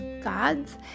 God's